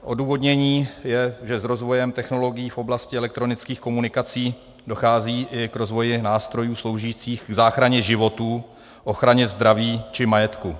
Odůvodnění je, že s rozvojem technologií v oblasti elektronických komunikací dochází i k rozvoji nástrojů sloužících i k záchraně životů, ochraně zdraví či majetku.